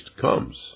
comes